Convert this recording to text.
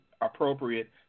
appropriate